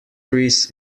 trees